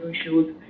issues